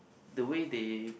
the way they